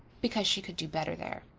because she could do better there.